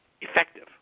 effective